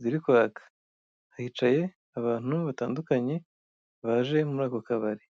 ziri kwaka. Hicaye abantu batandukanye, baje muri ako kabari.